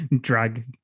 drag